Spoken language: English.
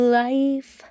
life